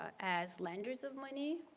as lenders of money,